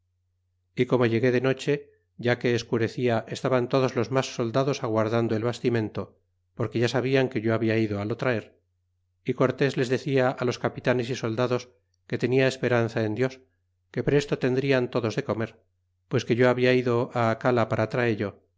y miel y frisoles y sal y otras fruestaban todos los mas soldados aguardando el bastimento porque ya sabian que yo habia ido lo traer y cortés les decia los capitanes y soldados que tenia esperanza en dios que presto tendrian todos de comer pues que yo habia ido acala para traello sino